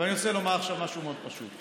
אבל אני רוצה לומר עכשיו משהו מאוד פשוט.